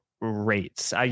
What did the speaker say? rates